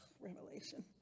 Revelation